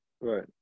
Right